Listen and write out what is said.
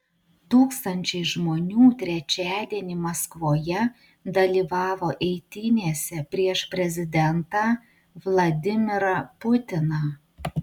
tūkstančiai žmonių trečiadienį maskvoje dalyvavo eitynėse prieš prezidentą vladimirą putiną